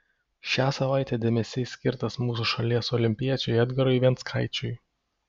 šią savaitę dėmesys skirtas mūsų šalies olimpiečiui edgarui venckaičiui